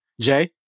Jay